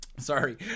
Sorry